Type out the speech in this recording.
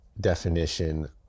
definition